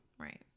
Right